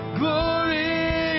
glory